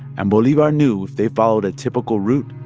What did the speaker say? and bolivar knew if they followed a typical route,